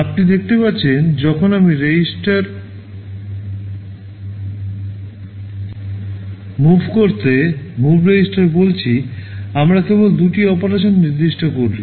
আপনি দেখতে পাচ্ছেন যখন আমি রেজিস্টার মুভ করতে move রেজিস্টার বলছি আমার কেবল দুটি অপারেশন নির্দিষ্ট করি